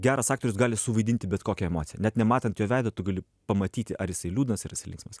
geras aktorius gali suvaidinti bet kokią emociją net nematant jo veido tu gali pamatyti ar jisai liūdnas ar jisai linksmas